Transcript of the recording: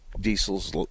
diesels